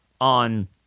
on